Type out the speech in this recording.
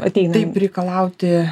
ateina reikalauti